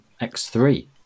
X3